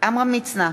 עמרם מצנע,